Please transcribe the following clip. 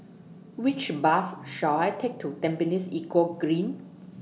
Which Bus should I Take to Tampines Eco Green